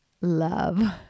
love